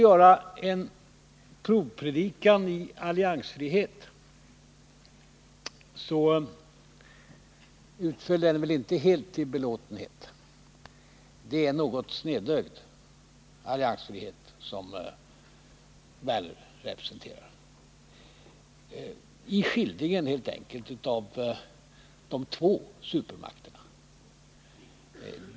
Men den provpredikan i alliansfrihet som Lars Werner gjorde utföll inte helt till belåtenhet. Det är en något snedögd alliansfrihet som Lars Werner representerar i skildringen av de två supermakterna.